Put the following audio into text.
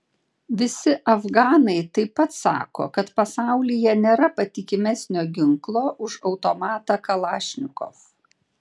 visi afganai taip pat sako kad pasaulyje nėra patikimesnio ginklo už automatą kalašnikov